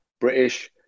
British